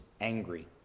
angry